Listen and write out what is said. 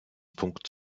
punkt